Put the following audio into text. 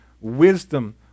wisdom